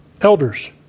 elders